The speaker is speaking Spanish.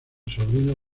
sobrinos